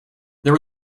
there